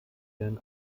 ihren